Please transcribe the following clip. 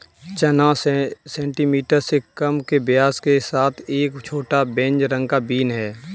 चना सेंटीमीटर से कम के व्यास के साथ एक छोटा, बेज रंग का बीन है